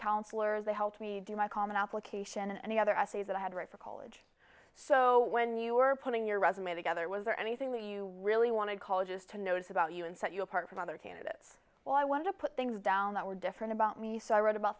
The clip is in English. counselors they helped me do my common application and the other essays that i had read for college so when you were putting your resume together was there anything that you really wanted colleges to notice about you and set you apart from other candidates well i wanted to put things down that were different about me so i wrote about